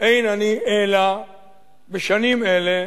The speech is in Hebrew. אין אני אלא בשנים אלה